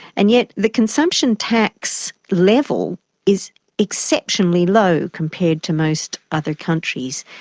and yet the consumption tax level is exceptionally low compared to most other countries.